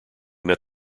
met